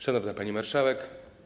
Szanowna Pani Marszałek!